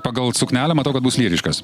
pagal suknelę matau kad bus lyriškas